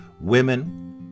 women